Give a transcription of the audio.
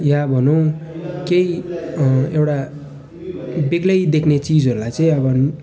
या भनौँ केही एउटा बेग्लै देख्ने चिजहरूलाई चाहिँ अब